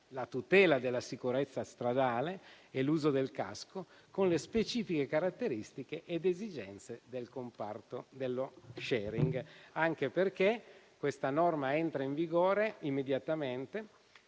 la tutela della sicurezza stradale e l'uso del casco con le specifiche caratteristiche ed esigenze del comparto. Peraltro, questa norma entra in vigore immediatamente,